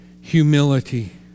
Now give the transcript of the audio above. humility